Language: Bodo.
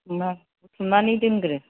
नोंहा बुथुमनानै दोनग्रो